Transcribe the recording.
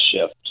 Shift